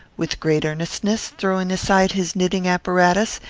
with great earnestness, throwing aside his knitting-apparatus,